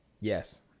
Yes